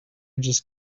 just